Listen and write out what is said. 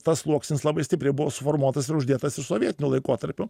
tas sluoksnis labai stipriai buvo suformuotas ir uždėtas ir sovietiniu laikotarpiu